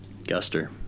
Guster